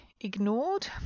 ignored